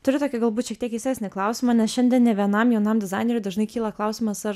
turiu tokį galbūt šiek tiek keistesnį klausimą nes šiandien ne vienam jaunam dizaineriui dažnai kyla klausimas ar